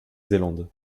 zélande